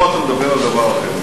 פה אתה מדבר על דבר אחר,